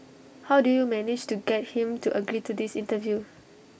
how did you manage to get him to agree to this interview